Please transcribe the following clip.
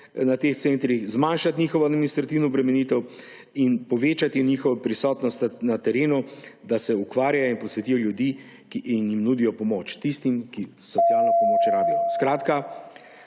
na teh centrih, zmanjšati njihovo administrativno obremenitev in povečati njihovo prisotnost na terenu, da se ukvarjajo in posvetijo ljudem in nudijo pomoč tistim, ki socialno pomoč potreujejo. Predlog